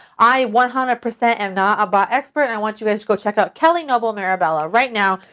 i one hundred percent am not a bot expert and i want you guys to go check out kelly noble mirabella right now.